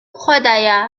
خدایا